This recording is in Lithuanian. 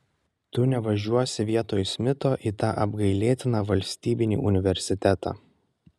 tu nevažiuosi vietoj smito į tą apgailėtiną valstybinį universitetą